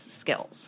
skills